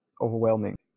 overwhelming